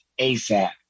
ASAP